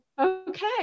okay